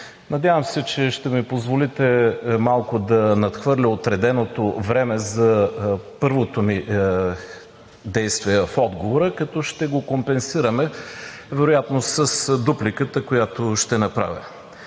Надявам се, че ще ми позволите малко да надхвърля отреденото време за първото ми действие в отговора, като ще го компенсираме вероятно с дупликата, която ще направя.